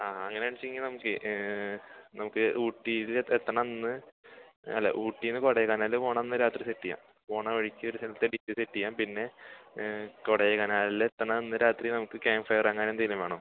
ആ അങ്ങനെ വെച്ചങ്കിൽ നമുക്ക് ചെയ്യാം നമുക്ക് ഊട്ടീയിൽ എത്തണം അന്ന് അല്ല ഊട്ടീന്ന് കൊടൈക്കനാൽ പോകണം അന്ന് രാത്രീ സെറ്റ് ചെയ്യാം പോണവഴിക്ക് ഒരു സ്ഥലത്ത് ഡി ജെ സെറ്റ് ചെയ്യാം പിന്നെ കൊടൈക്കനാലിൽ എത്തണന്ന് രാത്രീ നമുക്ക് കാംഫയർ അങ്ങനെന്തേലും വേണോ